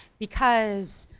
because,